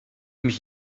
mich